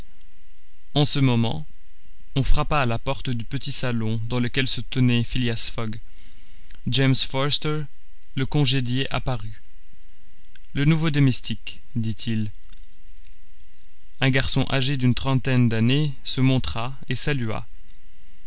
en ce moment on frappa à la porte du petit salon dans lequel se tenait phileas fogg james forster le congédié apparut le nouveau domestique dit-il un garçon âgé d'une trentaine d'années se montra et salua